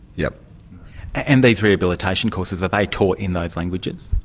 yeah and these rehabilitation courses, are they taught in those languages?